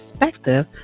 perspective